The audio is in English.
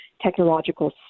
technological